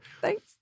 thanks